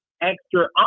Extra